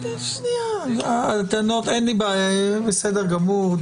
אין לי בעיה, בסדר גמור.